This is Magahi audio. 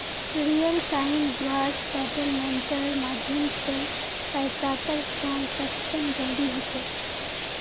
रियल टाइम ग्रॉस सेटलमेंटेर माध्यम स पैसातर ट्रांसैक्शन जल्दी ह छेक